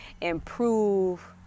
improve